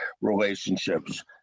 relationships